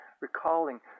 recalling